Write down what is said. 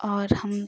और हम